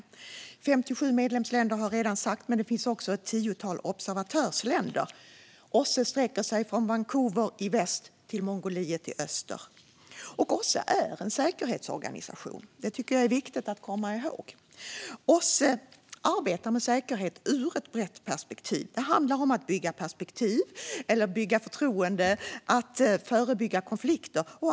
Att det är 57 medlemsländer har redan sagts, men det finns också ett tiotal observatörsländer. OSSE sträcker sig från Kanada i väst till Mongoliet i öst. OSSE är en säkerhetsorganisation. Det tycker jag är viktigt att komma ihåg. OSSE arbetar med säkerhet ur ett brett perspektiv. Det handlar om att bygga förtroende och förebygga konflikter.